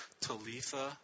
Talitha